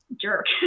jerk